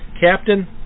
Captain